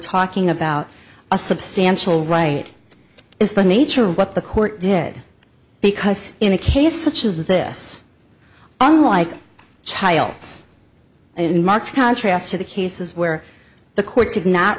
talking about a substantial right is the nature of what the court did because in a case such as this unlike childs in marked contrast to the cases where the court did not